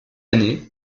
année